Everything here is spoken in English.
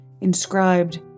inscribed